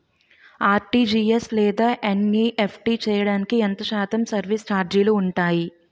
RTGS లేదా NEFT చేయడానికి ఎంత శాతం సర్విస్ ఛార్జీలు ఉంటాయి?